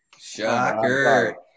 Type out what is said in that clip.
Shocker